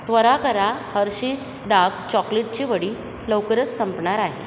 त्वरा करा Hershey's dark चॉकलेटची वडी लवकरच संपणार आहे